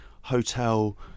hotel